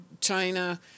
china